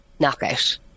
knockout